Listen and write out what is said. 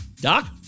Doc